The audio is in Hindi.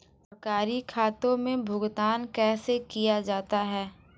सरकारी खातों में भुगतान कैसे किया जाता है?